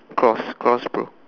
cross cross bro